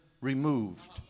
removed